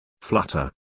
flutter